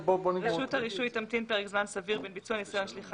רשות הרישוי תמתין פרק זמן סביר בין ביצוע ניסיון שליחה